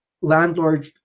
landlord